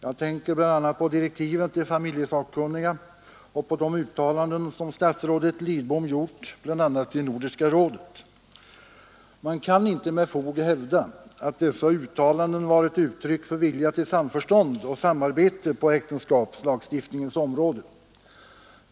Jag tänker bl.a. på direktiven till familjelagssakkunniga och på de uttalanden som statsrådet Lidbom gjort bl.a. i Nordiska rådet. Man kan inte med fog hävda att dessa uttalanden varit uttryck för vilja till samförstånd och samarbete på äktenskapslagstiftningens område.